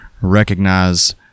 recognize